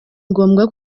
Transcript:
ngombwa